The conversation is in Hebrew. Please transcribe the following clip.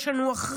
יש לנו אחריות